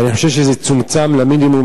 ואני חושב שזה צומצם למינימום,